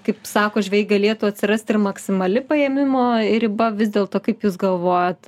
kaip sako žvejai galėtų atsirast ir maksimali paėmimo riba vis dėlto kaip jūs galvojat